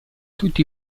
tutti